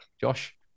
Josh